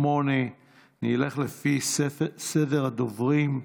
8. אני אלך לפי ספר סדר הדוברים.